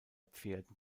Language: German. pferden